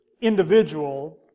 individual